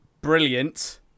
Brilliant